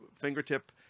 fingertip